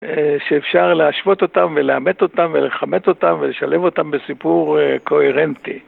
שאפשר להשוות אותם ולעמת אותם ולכמת אותם ולשלב אותם בסיפור קוהרנטי.